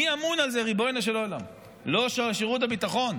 מי אמון על זה, ריבונו של עולם, לא שירות הביטחון?